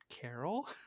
Carol